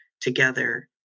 together